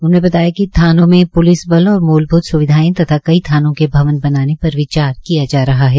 उन्होंने बताया कि थानों में प्लिस बल और मूलभूत स्विधाएं तथा कई थानों के भवन बनाने पर विचार किया जा रहा है